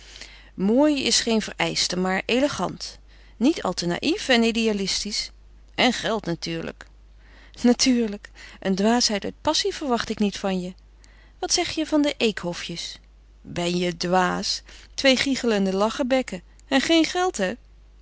mooi is geen vereischte maar elegant niet al te naïef en idealistisch en geld natuurlijk natuurlijk een dwaasheid uit passie verwacht ik niet van je wat zeg je van de eekhofjes ben je dwaas twee gichelende lachebekken en geen geld hè